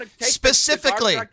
Specifically